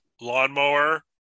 lawnmower